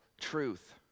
truth